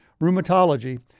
Rheumatology